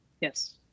Yes